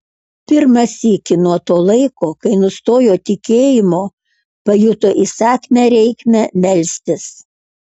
pirmą sykį nuo to laiko kai nustojo tikėjimo pajuto įsakmią reikmę melstis